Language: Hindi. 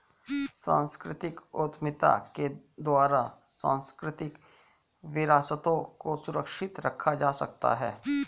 सांस्कृतिक उद्यमिता के द्वारा सांस्कृतिक विरासतों को सुरक्षित रखा जा सकता है